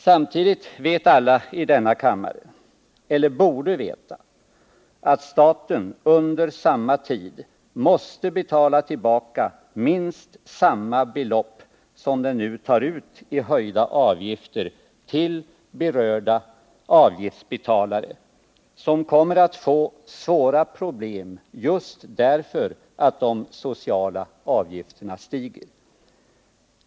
Samtidigt vet alla i denna kammare — eller borde veta — att staten under samma tid måste betala tillbaka minst samma belopp som den nu tar ut i höjda avgifter till berörda avgiftsbetalare, som kommer att få svåra problem just därför att de sociala avgifterna stiger.